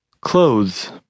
Clothes